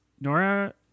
nora